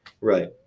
Right